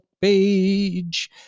page